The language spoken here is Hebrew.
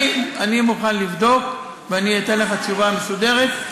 אני מוכן לבדוק ואני אתן לך תשובה מסודרת,